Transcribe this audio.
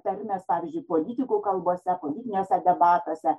tarmės pavyzdžiui politikų kalbose politiniuse ar debatuose